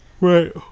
Right